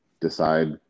decide